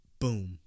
Boom